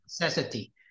necessity